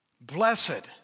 blessed